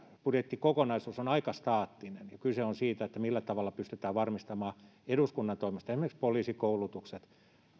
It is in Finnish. budjettikokonaisuus on aika staattinen ja kyse on siitä millä tavalla pystytään varmistamaan eduskunnan toimesta esimerkiksi poliisikoulutukset